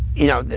you know,